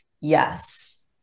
yes